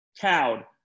cowed